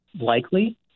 likely